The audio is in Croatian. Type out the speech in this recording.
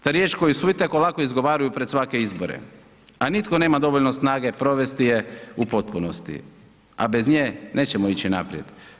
Ta riječ koji svi tako lako izgovaraju pred svake izbore, a nitko nema dovoljno snage provesti je u potpunosti, a bez nje nećemo ići naprijed.